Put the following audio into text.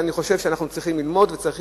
אני חושב שאנחנו צריכים ללמוד וצריך